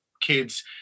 kids